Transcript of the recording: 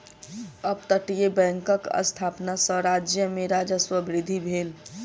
अपतटीय बैंकक स्थापना सॅ राज्य में राजस्व वृद्धि भेल